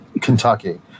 Kentucky